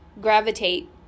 gravitate